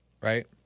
right